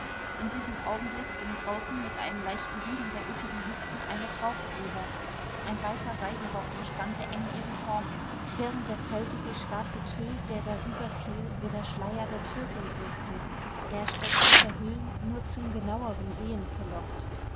in diesem augenblick ging draußen mit einem leichten wiegen der üppigen hüften eine frau vorüber ein weißer seidenrock umspannte eng ihre formen während der faltige schwarze tüll der darüber fiel wie der schleier der türkin wirkte der statt zu verhüllen nur zum genaueren sehen verlockt